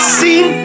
seen